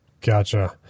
Gotcha